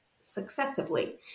successively